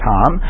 Tom